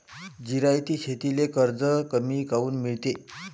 जिरायती शेतीले कर्ज कमी काऊन मिळते?